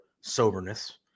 soberness